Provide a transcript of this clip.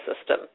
system